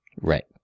Right